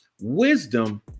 wisdom